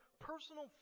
personal